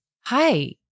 hi